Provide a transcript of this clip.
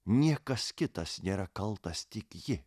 niekas kitas nėra kaltas tik ji